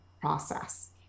process